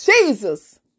Jesus